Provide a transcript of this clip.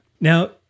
Now